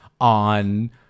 on